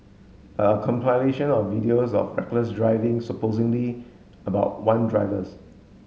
a compilation of videos of reckless driving supposedly about one drivers